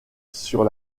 sur